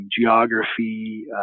geography